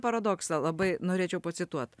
paradoksą labai norėčiau pacituot